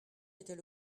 était